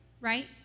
Right